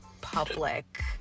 public